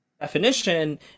Definition